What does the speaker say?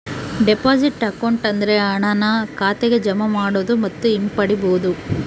deposit account ಅಂದ್ರೆ ಹಣನ ಖಾತೆಗೆ ಜಮಾ ಮಾಡೋದು ಮತ್ತು ಹಿಂಪಡಿಬೋದು